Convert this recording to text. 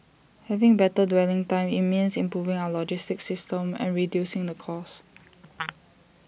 having better dwelling time IT means improving our logistic system and reducing the cost